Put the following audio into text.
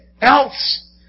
else